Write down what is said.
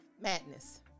Madness